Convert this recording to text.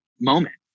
moment